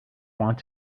want